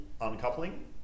uncoupling